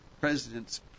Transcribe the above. president's